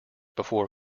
before